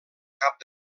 cap